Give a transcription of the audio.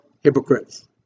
hypocrites